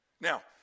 Now